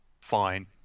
Fine